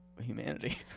humanity